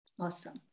Awesome